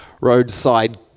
roadside